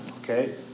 okay